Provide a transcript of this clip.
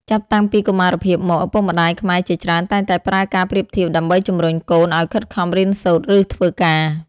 ចាប់តាំងពីកុមារភាពមក ឪពុកម្តាយខ្មែរជាច្រើនតែងតែប្រើការប្រៀបធៀបដើម្បីជំរុញកូនឲ្យខិតខំរៀនសូត្រ ឬធ្វើការ។